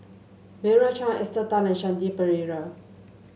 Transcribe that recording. Meira Chand Esther Tan and Shanti Pereira